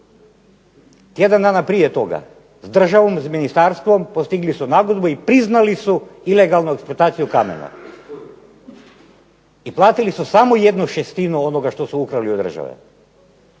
Tjedan dana prije toga s državom, s Ministarstvom postigli su nagodbu i priznali su ilegalnu eksploataciju kamena i platili su samo 1/6 onoga što su ukrali od države